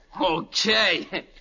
Okay